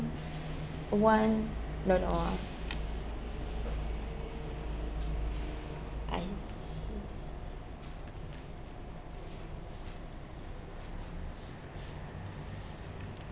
one don't know ah I see